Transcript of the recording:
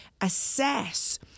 assess